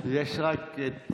לא, אבל יש רק את,